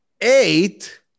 Eight